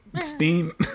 steam